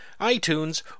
iTunes